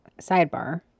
sidebar